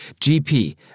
GP